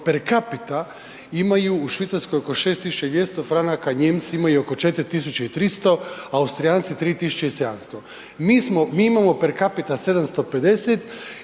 per capita imaju u Švicarskoj oko 6.200,00 CHF, Nijemci imaju oko 4.300, Austrijanci 3.700, mi smo, mi imamo per capita 750